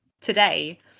today